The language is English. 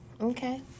Okay